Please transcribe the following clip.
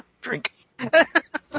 Drink